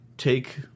take